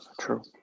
true